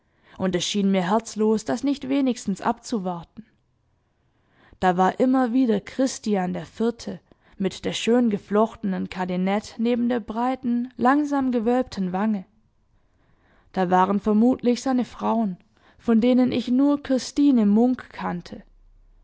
und es schien mir herzlos das nicht wenigstens abzuwarten da war immer wieder christian der vierte mit der schön geflochtenen cadenette neben der breiten langsam gewölbten wange da waren vermutlich seine frauen von denen ich nur kirstine munk kannte